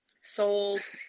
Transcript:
souls